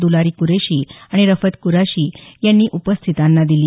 द्लारी कुरैशी आणि रफत कुरैशी यांनी उपस्थितांना माहिती दिली